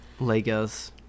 Legos